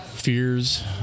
Fears